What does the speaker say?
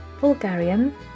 Bulgarian